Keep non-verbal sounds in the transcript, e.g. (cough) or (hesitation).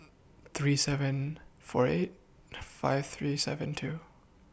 (hesitation) three seven four eight five three seven two